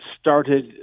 started